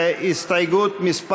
קיימת הסתייגות מס'